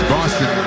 Boston